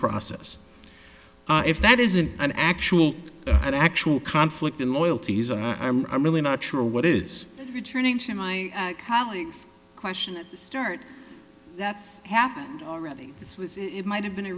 process if that isn't an actual actual conflict in loyalties i am really not sure what is returning to my colleague's question at the start that's happened already this was it might have been a